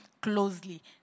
closely